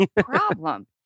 problem